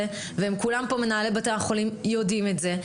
וכל מנהלי בתי החולים יודעים את זה.